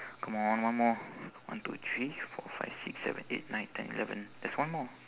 come on one more one two three four five six seven eight nine ten eleven there's one more